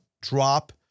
drop